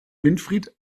winfried